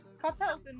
cartels